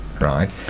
right